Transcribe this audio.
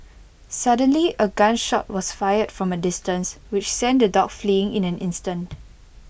suddenly A gun shot was fired from A distance which sent the dogs fleeing in an instant